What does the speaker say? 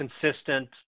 consistent